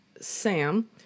Sam